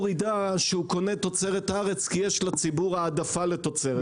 יידע שהוא קונה תוצרת הארץ כי יש לציבור העדפה לתוצרת הארץ.